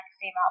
female